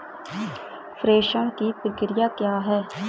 प्रेषण की प्रक्रिया क्या है?